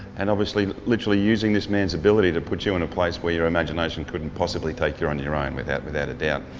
and obviously literally using this man's ability to put you in a place where your imagination couldn't possibly take you on your own, without without a doubt.